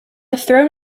throne